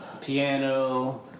piano